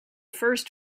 first